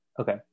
okay